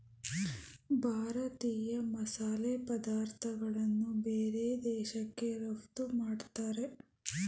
ಭಾರತ ಮಸಾಲೆ ಪದಾರ್ಥಗಳನ್ನು ಬೇರೆ ದೇಶಕ್ಕೆ ರಫ್ತು ಮಾಡತ್ತರೆ